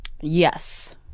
Yes